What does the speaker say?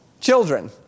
children